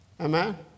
Amen